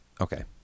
okay